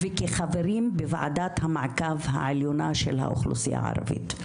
וכחברים בוועדת המעקב העליונה של האוכלוסייה הערבית.